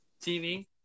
TV